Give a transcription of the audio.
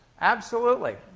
absolutely!